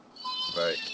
Right